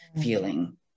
feeling